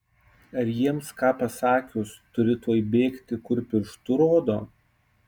ar jiems ką pasakius turi tuoj bėgti kur pirštu rodo